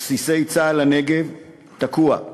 בסיסי צה"ל לנגב תקוע.